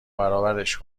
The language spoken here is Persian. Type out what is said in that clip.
برابرش